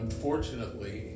Unfortunately